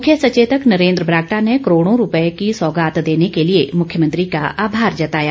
मुख्य सचेतक नरेन्द्र बरागटा ने करोड़ो रूपए की सौगात देने के लिए मुख्यमंत्री का आभार जताया